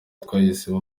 twahisemo